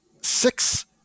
six